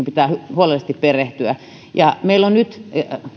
pitää huolellisesti perehtyä meillä on nyt